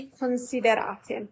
considerate